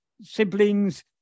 siblings